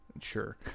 Sure